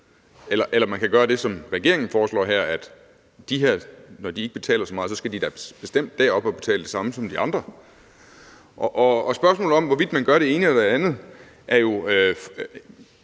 Eller man kan gøre det, som regeringen foreslår, nemlig at når de ikke betaler så meget, skal de da bestemt op på at betale det samme som de andre. Spørgsmålet om, hvorvidt man gør det ene eller det andet, er fuldt